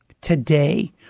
today